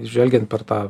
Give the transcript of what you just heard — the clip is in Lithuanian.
žvelgiant per tą